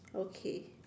okay